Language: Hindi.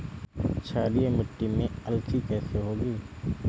क्षारीय मिट्टी में अलसी कैसे होगी?